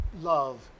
love